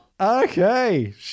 Okay